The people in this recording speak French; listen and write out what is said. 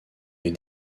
les